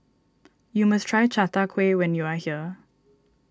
you must try Chai Tow Kway when you are here